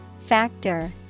Factor